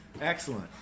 Excellent